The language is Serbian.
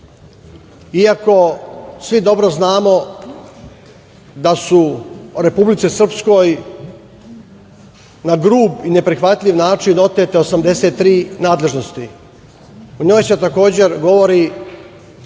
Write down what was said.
iako svi dobro znamo da su Republici Srpskoj na grub i neprihvatljiv način otete 83 nadležnosti.U njoj se takođe govori